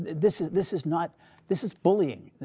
this is this is not this is bullying.